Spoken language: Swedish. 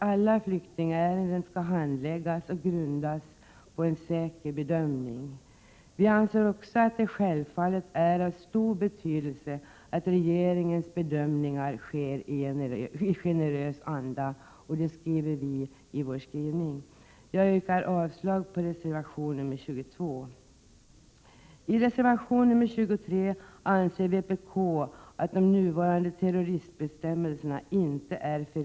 Alla flyktingärenden skall handlägga och grundas på en säker bedömning oavsett om flyktingarna är palestinier eller tillhör något annat folkslag. Det är självfallet av stor betydelse att regeringens bedömningar sker i generös anda. Jag yrkar avslag på reservation nr 22. inte är förenliga med rättssäkerheten och att det inte är tillfredsställande att Prot.